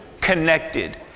connected